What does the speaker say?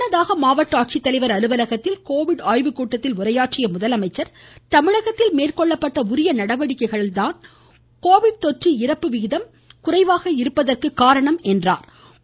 முன்னதாக மாவட்ட ஆட்சி தலைவர் அலுவலகத்தில் கோவிட் ஆய்வுக் கூட்டத்தில் உரையாற்றியஅவர் தமிழகத்தில் மேற்கொள்ளப்பட்ட உரிய நடவடிக்கைகளால்தான் கோவிட் தொற்று இறப்பு விகிதம் குறைவாக இருப்பதாக குறிப்பிட்டார்